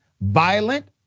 violent